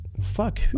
Fuck